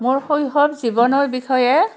মোৰ শৈশৱ জীৱনৰ বিষয়ে